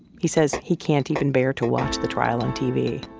he says he can't even bear to watch the trial on tv